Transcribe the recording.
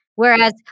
Whereas